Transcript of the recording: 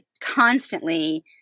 constantly